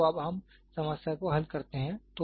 तो अब हम समस्या को हल करते हैं